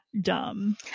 dumb